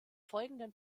folgenden